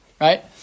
right